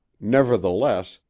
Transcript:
nevertheless,